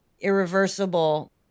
irreversible